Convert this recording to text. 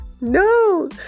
No